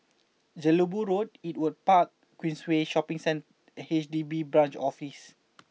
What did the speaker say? Jelebu Road Ewart Park Queensway Shopping Centre H D B Branch Office